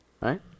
right